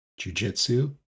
jujitsu